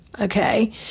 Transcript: Okay